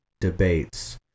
Debates